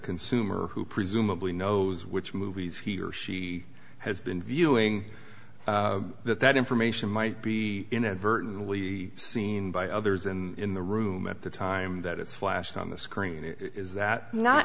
consumer who presumably knows which movies he or she has been viewing that that information might be inadvertently seen by others in the room at the time that it's flashed on the screen is that not